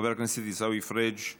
חבר הכנסת עיסאווי פריג';